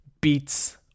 beats